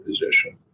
position